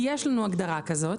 כי יש לנו הגדרה כזאת.